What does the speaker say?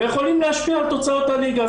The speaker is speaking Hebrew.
ויכולים להשפיע על תוצאות הליגה,